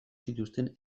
zituzten